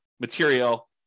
material